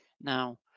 Now